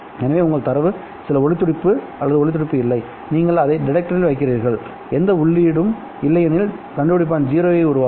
எனவே உங்கள் தரவு சில ஒளி துடிப்பு அல்லது ஒளி துடிப்பு இல்லைநீங்கள் அதை டிடெக்டரில் வைக்கிறீர்கள் எந்த உள்ளீடும் இல்லையெனில் கண்டுபிடிப்பான் 0 ஐ உருவாக்கும்